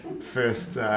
first